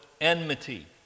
enmity